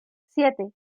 siete